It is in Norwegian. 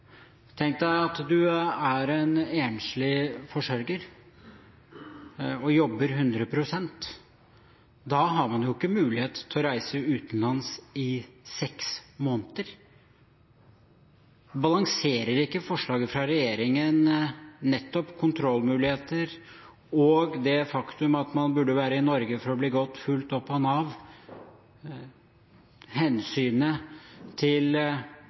Tenk deg at du er en enslig forsørger og jobber 100 pst., da har du ikke mulighet til å reise utenlands i seks måneder. Balanserer ikke forslaget fra regjeringen om kontrollmuligheter og det faktum at man burde være i Norge for å bli fulgt godt opp av Nav, nettopp hensynet til